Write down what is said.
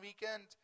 weekend